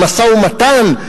במשא-ומתן,